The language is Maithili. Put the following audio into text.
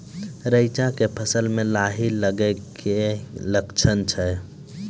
रैचा के फसल मे लाही लगे के की लक्छण छै?